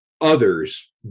others